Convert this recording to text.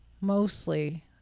mostly